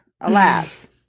Alas